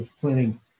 planning